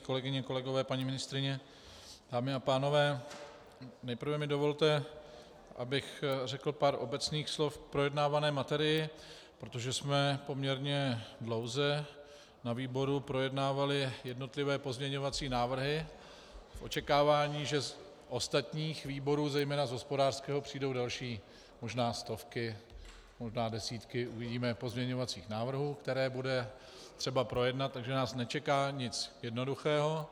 Kolegyně, kolegové, paní ministryně, dámy a pánové, nejprve mi dovolte, abych řekl pár obecných slov k projednávané materii, protože jsme poměrně dlouze na výboru projednávali jednotlivé pozměňovací návrhy v očekávání, že z ostatních výborů, zejména z hospodářského, přijdou další možná stovky, možná desítky, uvidíme, pozměňovacích návrhů, které bude potřeba projednat, takže nás nečeká nic jednoduchého.